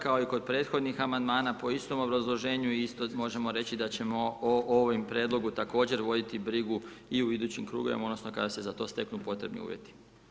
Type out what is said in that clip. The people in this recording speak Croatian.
Kao i kod prethodnih amandmana po istom obrazloženju, i isto možemo reći da ćemo ovom prijedlogu također vidjeti brigu i u idućim krugovima odnosno kada se za to steknu potrebi uvjeti.